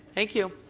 thank you.